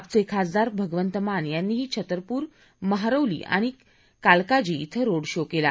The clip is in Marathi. आपचे खासदार भगवंत मान यांनीही छतरपुर महरौली आणि कालकाजी इथं रोड शो केला